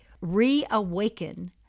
Reawaken